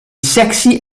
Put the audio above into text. sexy